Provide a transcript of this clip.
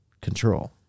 control